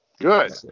Good